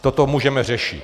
Toto můžeme řešit.